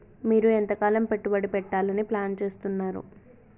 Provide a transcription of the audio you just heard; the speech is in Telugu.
మీరు ఎంతకాలం పెట్టుబడి పెట్టాలని ప్లాన్ చేస్తున్నారు?